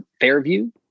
Fairview